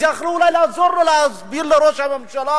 אז יכלו אולי לעזור לו להסביר לראש הממשלה,